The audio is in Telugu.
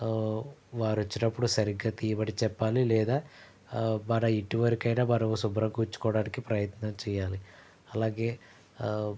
వారొచ్చిన్నప్పుడు సరిగ్గా తీయమని చెప్పాలి లేదా మన ఇంటివరకైనా మనం శుభ్రంగా ఉంచుకోవడానికి ప్రయత్నం చేయాలి అలాగే